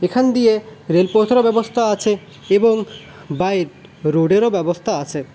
এখান দিয়ে রেলপথেরও ব্যবস্থা আছে এবং বাই রোডেরও ব্যবস্থা আছে